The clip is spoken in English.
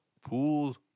pools